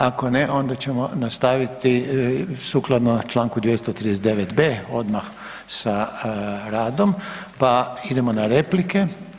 Ako ne, onda ćemo nastaviti sukladno čl. 239b odmah sa radom pa idemo na replike.